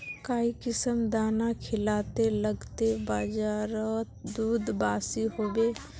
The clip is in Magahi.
काई किसम दाना खिलाले लगते बजारोत दूध बासी होवे?